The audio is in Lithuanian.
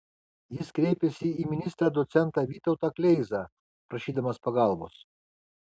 jis kreipėsi į ministrą docentą vytautą kleizą prašydamas pagalbos